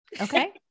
okay